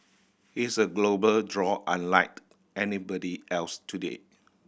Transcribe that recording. he's a global draw unlike anybody else today